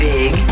Big